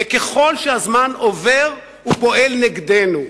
וככל שהזמן עובר, הוא פועל נגדנו.